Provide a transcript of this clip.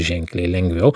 ženkliai lengviau